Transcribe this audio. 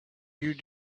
you